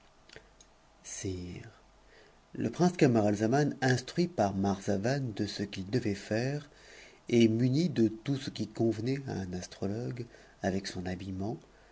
le prince camaralzaman instruit par marzavan de ce qu'il devait bir et muni de tout ce qui convenait à un astrologue avec son habillenit'nt